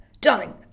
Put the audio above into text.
darling